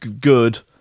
good